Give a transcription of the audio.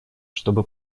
чтобы